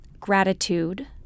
gratitude